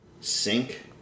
sink